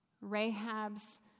Rahab's